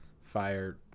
fire